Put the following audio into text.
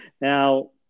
Now